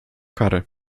karę